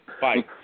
Bye